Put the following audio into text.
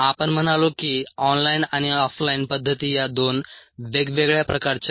आपण म्हणालो की ऑन लाइन आणि ऑफ लाइन पद्धती या दोन वेगवेगळ्या प्रकारच्या आहेत